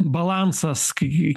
balansas kai